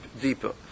deeper